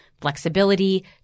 flexibility